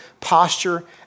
posture